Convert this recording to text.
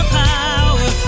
power